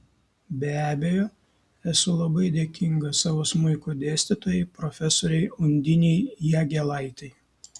be abejo esu labai dėkinga savo smuiko dėstytojai profesorei undinei jagėlaitei